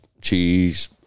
cheese